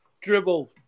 dribble